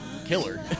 killer